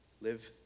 Live